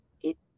it